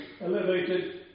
elevated